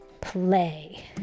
play